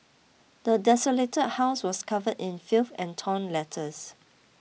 the desolated house was covered in filth and torn letters